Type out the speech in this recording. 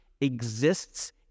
exists